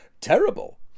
Terrible